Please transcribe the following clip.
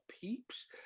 Peeps